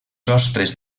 sostres